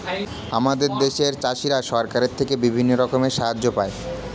আমাদের দেশের চাষিরা সরকারের থেকে বিভিন্ন রকমের সাহায্য পায়